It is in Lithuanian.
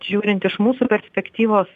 žiūrint iš mūsų perspektyvos